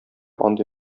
андый